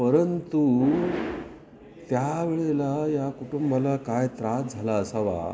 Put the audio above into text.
परंतु त्यावेळेला या कुटुंबाला काय त्रास झाला असावा